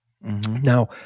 Now